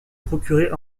procurer